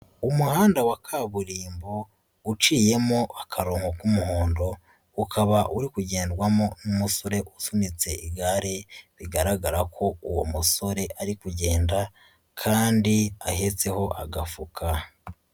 Umuhanda wa kaburimbo uciyemo akarongo k'umuhondo, ukaba uri kugendwamo n'umusore usunitse igare bigaragara ko uwo musore ari kugenda kandi ahetseho agafuka.